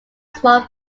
small